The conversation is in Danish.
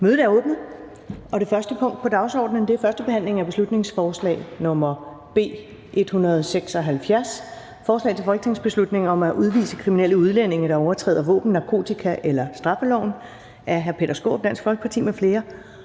Mødet er åbnet. --- Det første punkt på dagsordenen er: 1) 1. behandling af beslutningsforslag nr. B 176: Forslag til folketingsbeslutning om at udvise kriminelle udlændinge, der overtræder våben-, narkotika- eller straffeloven. Af Peter Skaarup (DF) m.fl.